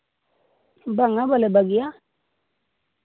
ᱵᱟᱝᱼᱟ ᱵᱟᱞᱮ ᱵᱟᱹᱜᱤᱭᱟ